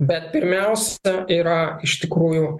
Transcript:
bet pirmiausia yra iš tikrųjų